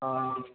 हँ